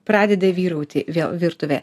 pradeda vyrauti vėl virtuvėj